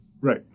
Right